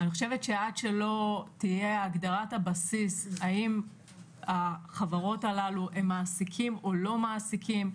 עד שלא תהיה הגדרת הבסיס האם החברות הללו מעסיקים או לא מעסיקים,